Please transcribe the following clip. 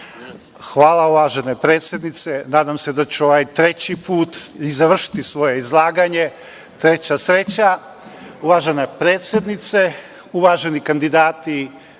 Hvala, uvažena predsednice. Nadam se da ću ovaj treći put i završiti svoje izlaganje. Treća sreća. Uvažena predsednice, uvaženi kandidati